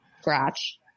scratch